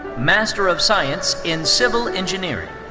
master of science in civil engineering.